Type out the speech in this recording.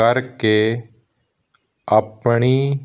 ਕਰਕੇ ਆਪਣੀ